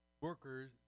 workers